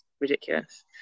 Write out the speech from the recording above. ridiculous